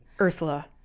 Ursula